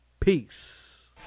Peace